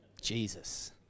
Jesus